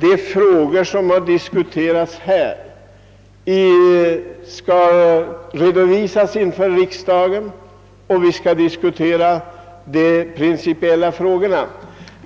de frågor, som här har diskuterats, skall redovisas inför riksdagen, och vi skall diskutera de principiella frågorna.